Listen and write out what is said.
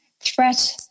threat